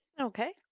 Okay